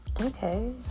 Okay